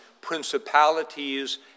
principalities